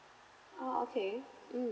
oh okay mm